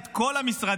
את כל המשרדים,